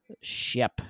ship